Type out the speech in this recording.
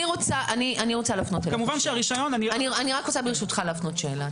--- אני רוצה, ברשותך, להפנות שאלה.